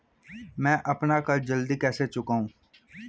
मैं अपना कर्ज जल्दी कैसे चुकाऊं?